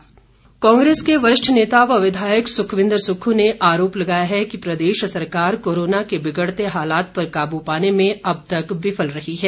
सुक्खू कांग्रेस के वरिष्ठ नेता व विधायक सुखविंद्र सुक्खू ने आरोप लगाया है कि प्रदेश सरकार कोरोना के बिगड़ते हालात पर काबू पाने में अब तक विफल रही है